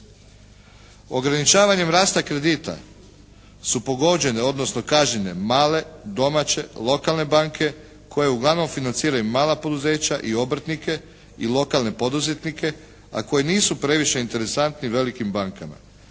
Ograničavanjem rasta kredita su pogođene, odnosno kažnjene male, domaće, lokalne banke koje uglavnom financiraju mala poduzeća i obrtnike i lokalne poduzetnike, a koji nisu previše interesantni velikim bankama.